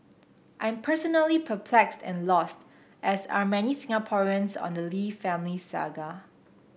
I'm personally perplexed and lost as are many Singaporeans on the Lee family saga